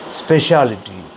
speciality